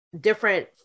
different